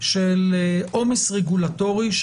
של עומס רגולטורי.